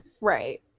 Right